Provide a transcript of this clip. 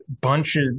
Bunches